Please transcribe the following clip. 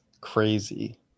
crazy